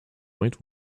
might